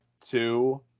two